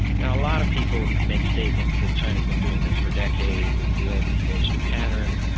now a lot of people make statements that china's been doing this for decades, it's the old east asian pattern,